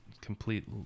complete